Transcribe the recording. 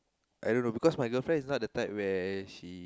I don't know because my girlfriend is not the type that where she